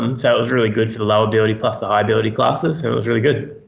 um so it was really good for the low-ability plus the high-ability classes, so it was really good.